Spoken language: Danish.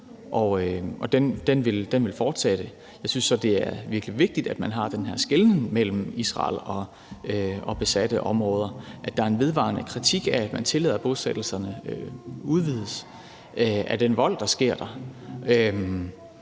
og den vil fortsætte. Jeg synes så, det er virkelig vigtigt, at man foretager den her skelnen mellem Israel og de besatte områder, at der er en vedvarende kritik af, at man tillader, at bosættelserne udvides, og af den vold, der sker der,